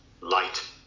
light